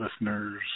listeners